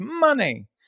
money